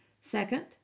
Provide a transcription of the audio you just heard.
Second